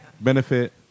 benefit